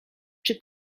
czy